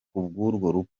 rupfu